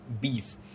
beef